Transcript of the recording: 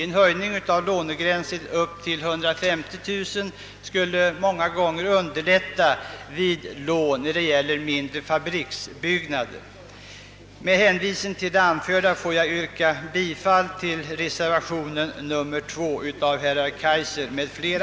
En höjning av lånegränsen till 150 000 kronor skulle många gånger underlätta för dessa företag att få lån till mindre fabriksbyggnader. Herr talman! Med hänvisning till det anförda yrkar jag bifall även till reservation 2 av herr Kaijser m.fl.